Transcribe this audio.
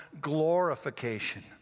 glorification